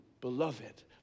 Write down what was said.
beloved